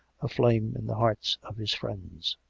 a flame in the hearts of his friends.